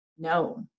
No